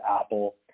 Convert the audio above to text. Apple